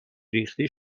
ریختی